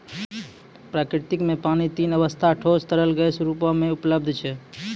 प्रकृति म पानी तीन अबस्था ठोस, तरल, गैस रूपो म उपलब्ध छै